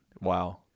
Wow